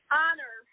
honor